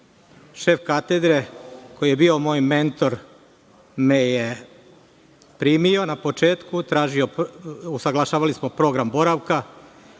Šef katedre, koji je bio moj mentor, me je primio na početku, usaglašavali smo program boravka